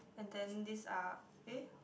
and then this are eh